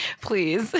please